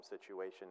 situation